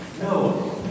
No